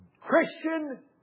Christian